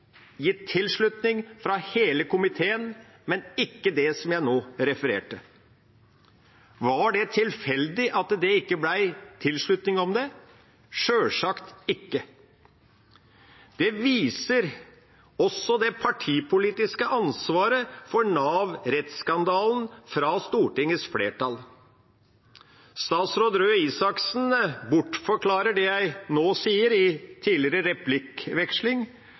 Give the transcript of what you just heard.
gitt tilslutning til fra hele komiteen, men ikke det som jeg nå refererte. Var det tilfeldig at det ikke ble gitt tilslutning til det? Sjølsagt ikke. Det viser også det partipolitiske ansvaret for Nav-rettsskandalen fra Stortingets flertall. Statsråd Røe Isaksen bortforklarte det jeg nå sier, i replikkvekslingen tidligere,